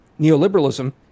neoliberalism